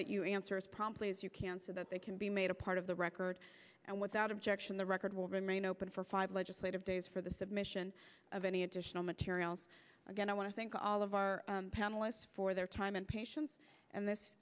that you answer as promptly as you can so that they can be made a part of the record and without objection the record will remain open for five legislative days for the submission of any additional materials again i want to thank all of our panelists for their time and patience and this